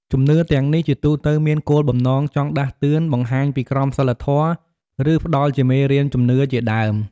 ជំនឿទាំងនេះ ជាទូទៅមានគោលបំណងចង់ដាស់តឿន បង្ហាញពីក្រមសីលធម៌ ឬផ្តល់ជាមេរៀនជីវិតជាដើម។